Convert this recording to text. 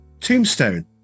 Tombstone